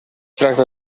tracta